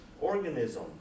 Organism